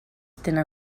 tenen